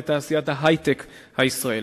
לתעשיית ההיי-טק הישראלית.